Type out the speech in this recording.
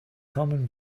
common